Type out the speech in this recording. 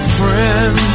friend